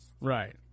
Right